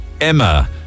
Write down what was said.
Emma